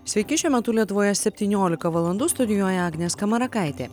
sveiki šiuo metu lietuvoje septyniolika valandų studijuoje agnė skamarakaitė